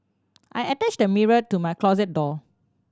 I attached the mirror to my closet door